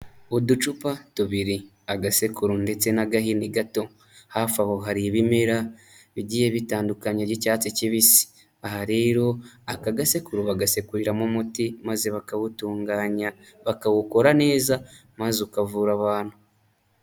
Uducupa tubiri, agasekuru ndetse n'agahini gato, hafi aho hari ibimera bigiye bitandukanye by'icyatsi kibisi, aha rero aka gasekuru bagasekuriramo umuti maze bakawutunganya, bakawukora neza maze ukavura abantu.